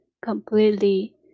Completely